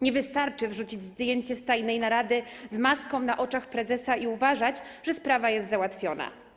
Nie wystarczy wrzucić zdjęcie z tajnej narady z maską na oczach prezesa i uważać, że sprawa jest załatwiona.